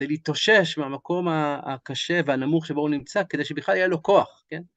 ולהתאושש מהמקום הקשה והנמוך שבו הוא נמצא, כדי שבכלל יהיה לו כוח, כן?